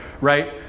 right